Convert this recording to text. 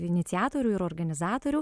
iniciatorių ir organizatorių